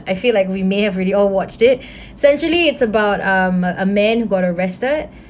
I feel like we may have already all watched it so essentially it's about um a man got arrested